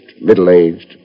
middle-aged